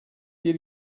bir